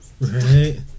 Right